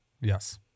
Yes